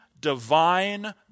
divine